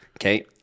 Okay